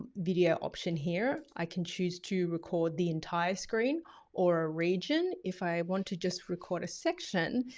video option here, i can choose to record the entire screen or a region. if i want to just record a section,